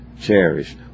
cherish